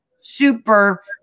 super